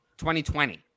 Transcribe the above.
2020